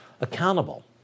accountable